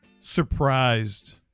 surprised